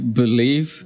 believe